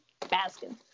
Baskin